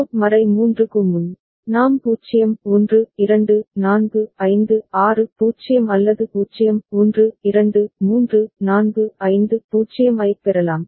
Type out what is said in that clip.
mode 3 க்கு முன் நாம் 0 1 2 4 5 6 0 அல்லது 0 1 2 3 4 5 0 ஐப் பெறலாம்